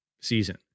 season